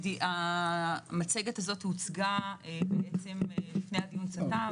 המצגת הזאת הוצגה לפני דיון צט"ם,